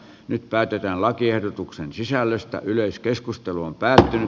nyt päätetään lakiehdotusten sisällöstä yleiskeskustelun päätyyn